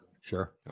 Sure